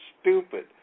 stupid